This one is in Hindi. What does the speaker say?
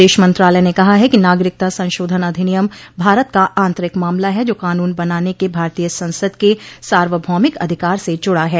विदेश मंत्रालय ने कहा है कि नागरिकता संशोधन अधिनियम भारत का आंतरिक मामला है जा कानून बनाने के भारतीय संसद के सार्वभौमिक अधिकार से जुड़ा है